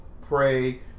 pray